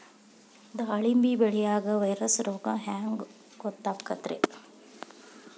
ದಾಳಿಂಬಿ ಬೆಳಿಯಾಗ ವೈರಸ್ ರೋಗ ಹ್ಯಾಂಗ ಗೊತ್ತಾಕ್ಕತ್ರೇ?